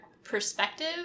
perspective